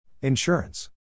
Insurance